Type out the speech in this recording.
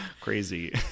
crazy